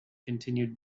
continued